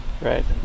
right